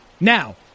Now